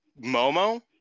Momo